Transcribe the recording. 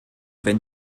wenn